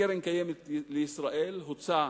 לקרן קיימת לישראל הוצע